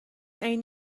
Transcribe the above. عین